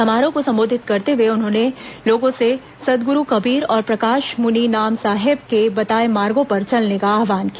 समारोह को संबोधित करते हुए उन्होंने लोगों से सतगुरू कबीर और प्रकाश मुनि नाम साहेब के बताए मार्गों पर चलने का आव्हान किया